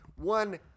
one